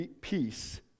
peace